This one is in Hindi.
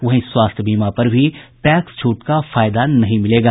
वहीं स्वास्थ्य बीमा पर भी टैक्स छूट का फायदा नहीं मिलेगा